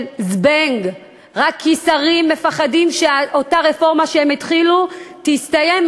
זבנג רק כי שרים מפחדים שרפורמה שהם התחילו תסתיים,